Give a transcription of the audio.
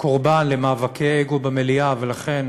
קורבן למאבקי אגו במליאה, ולכן